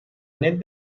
net